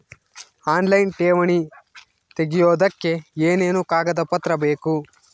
Online ಠೇವಣಿ ತೆಗಿಯೋದಕ್ಕೆ ಏನೇನು ಕಾಗದಪತ್ರ ಬೇಕು?